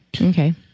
Okay